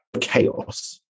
chaos